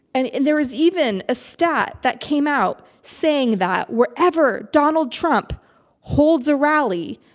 and and there is even a stat that came out saying that wherever donald trump holds a rally,